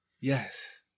Yes